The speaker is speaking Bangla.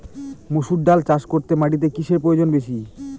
মুসুর ডাল চাষ করতে মাটিতে কিসে প্রয়োজন বেশী?